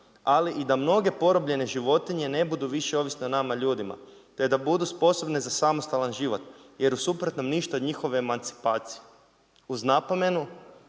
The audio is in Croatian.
ali i da mnoge porobljene životinje ne budu više ovisne o nama ljudima, te da budu sposobne za samostalan život, jer u suprotnom ništa od njihove emancipacije. Uz napomenu,